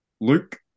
Luke